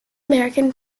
american